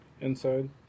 inside